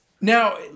Now